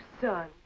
son